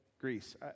Greece